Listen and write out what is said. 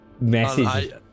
message